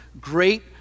great